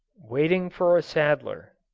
waiting for a saddler